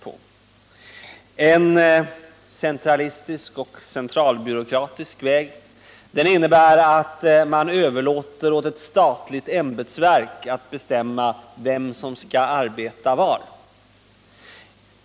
Den ena är centralistisk och centralbyråkratisk och innebär att man överlåter åt ett statligt ämbetsverk att bestämma vem som skall arbeta var.